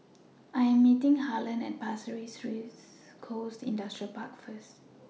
I Am meeting Harlon At Pasir Ris Coast Industrial Park First